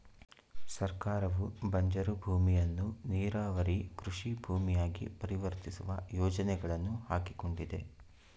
ಸರ್ಕಾರವು ಬಂಜರು ಭೂಮಿಯನ್ನು ನೀರಾವರಿ ಕೃಷಿ ಭೂಮಿಯಾಗಿ ಪರಿವರ್ತಿಸುವ ಯೋಜನೆಗಳನ್ನು ಹಾಕಿಕೊಂಡಿದೆ